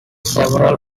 several